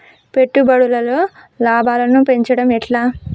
పెట్టుబడులలో లాభాలను పెంచడం ఎట్లా?